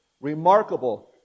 Remarkable